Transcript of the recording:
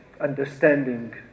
understanding